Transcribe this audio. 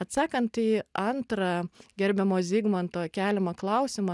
atsakant į antrą gerbiamo zigmanto keliamą klausimą